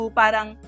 parang